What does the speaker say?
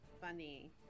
funny